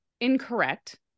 incorrect